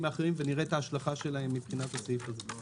האחרים ונראה את ההשלכה שלהם מבחינת הסעיף הזה.